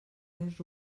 més